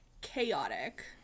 chaotic